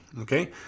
okay